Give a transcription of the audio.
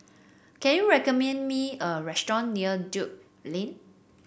can you recommend me a restaurant near Drake Lane